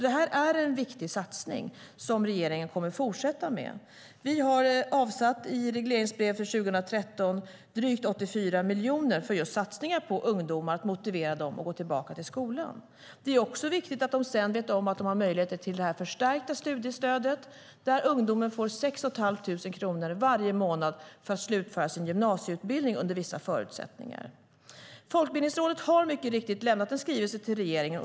Det är alltså en viktig satsning som regeringen kommer att fortsätta med. Vi har i regleringsbrev för 2013 avsatt drygt 84 miljoner till satsningar på ungdomar, till att motivera dem att gå tillbaka till skolan. Det är dessutom viktigt att ungdomarna vet att de har möjlighet att få det förstärkta studiestödet på 6 500 kronor i månaden som de, under vissa förutsättningar, får för att slutföra sin gymnasieutbildning. Folkbildningsrådet har mycket riktigt lämnat en skrivelse till regeringen.